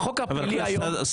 חבר הכנסת סעדה,